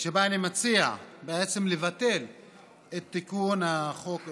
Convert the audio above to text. שבה אני מציע בעצם לבטל את התיקון לחוק,